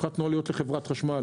הפחתנו עלויות לחברת החשמל.